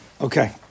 Okay